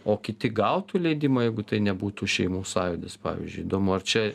o kiti gautų leidimą jeigu tai nebūtų šeimų sąjūdis pavyzdžiui įdomu ar čia